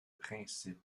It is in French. principe